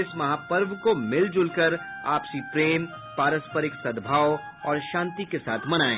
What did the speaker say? इस महापर्व को मिल जुलकर आपसी प्रेम पारस्परिक सद्भाव और शांति के साथ मनायें